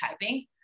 typing